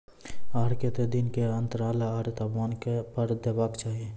आर केते दिन के अन्तराल आर तापमान पर देबाक चाही?